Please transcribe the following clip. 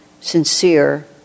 sincere